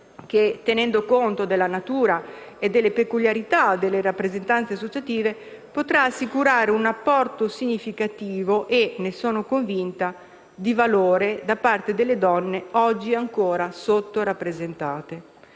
che, tenendo conto della natura e delle peculiarità delle rappresentanze associative, potrà assicurare un apporto significativo e - ne sono convinta - di valore da parte delle donne oggi ancora sottorappresentate.